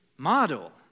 model